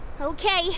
okay